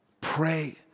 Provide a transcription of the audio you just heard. Pray